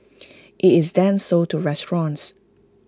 IT is then sold to restaurants